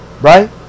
right